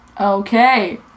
Okay